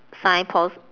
sign post